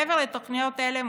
מעבר לתוכניות אלה,